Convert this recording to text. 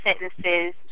sentences